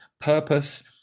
purpose